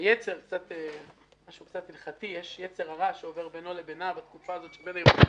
יש משהו קצת הלכתי: יש יצר הרע שעובר בינו ובינה בתקופה הזאת לקראת